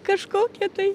kažkokie tai